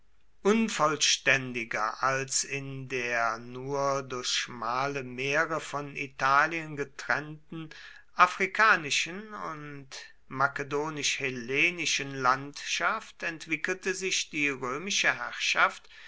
unvollständiger als in der nur durch schmale meere von italien getrennten afrikanischen und makedonisch hellenischen landschaft entwickelte sich die römische herrschaft